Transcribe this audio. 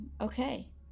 Okay